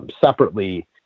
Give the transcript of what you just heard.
Separately